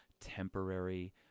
temporary